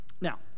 Now